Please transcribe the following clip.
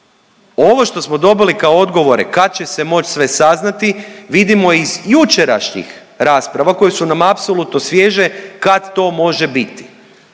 Ovo što smo dobili kao odgovore kad će se moći sve saznati vidimo iz jučerašnjih rasprava koje su nam apsolutno svježe kad to može biti.